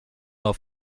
auf